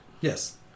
Yes